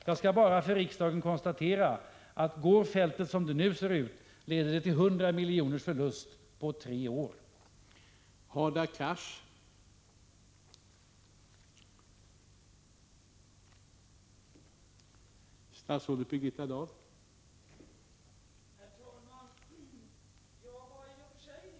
Jag skall bara inför riksdagen konstatera att om resultatet när det gäller detta fält blir sådant som det nu ser ut att bli, kommer det att röra sig om en förlust på 100 miljoner på tre år.